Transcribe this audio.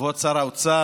כבוד שר האוצר,